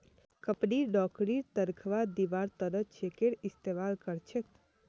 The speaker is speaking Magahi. कम्पनि नौकरीर तन्ख्वाह दिबार त न चेकेर इस्तमाल कर छेक